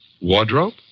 Wardrobe